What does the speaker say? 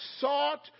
sought